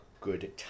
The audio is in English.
good